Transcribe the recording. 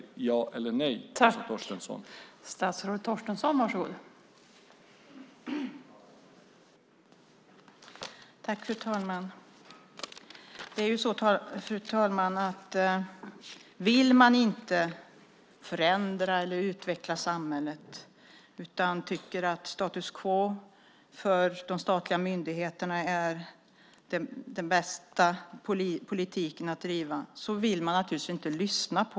Svara ja eller nej, Åsa Torstensson.